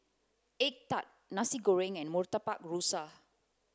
egg tart nasi goreng and murtabak rusa